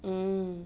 hmm